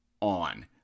on